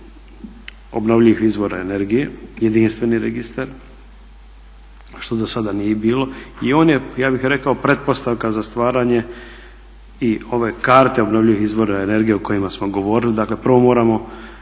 obnovljivih izvora energije, jedinstveni registar što dosada nije bilo. I on je ja bih rekao pretpostavka za stvaranje i ove karte obnovljivih izvora energije o kojima smo govorili. Dakle, prvo moramo